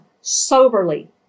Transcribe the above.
soberly